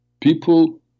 people